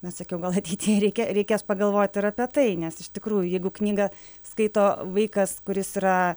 net sakiau gal ateityje reikia reikės pagalvoti ir apie tai nes iš tikrųjų jeigu knygą skaito vaikas kuris yra